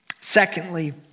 Secondly